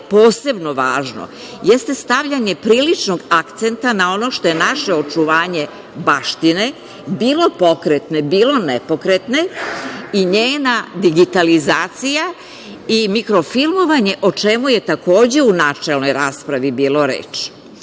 posebno važno jeste stavljanje priličnog akcenta na ono što je naše očuvanje baštine bilo pokretne, bilo nepokretne i njena digitalizacija i mikrofilmovanje o čemu je u načelnoj raspravi bilo reči. Te